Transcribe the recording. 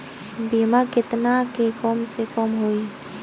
बीमा केतना के कम से कम होई?